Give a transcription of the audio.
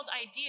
idea